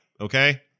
Okay